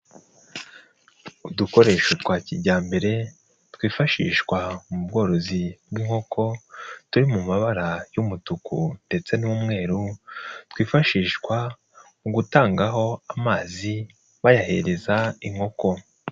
Udukoresho twa kijyambere, twifashishwa mu bworozi bw'inkoko, turi mu mabara y'umutuku ndetse n'umweru, twifashishwa mu gutangaho amazi bayahereza inkoko.